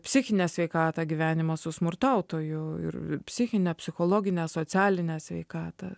psichinę sveikatą gyvenimas su smurtautoju ir psichinę psichologinę socialinę sveikatą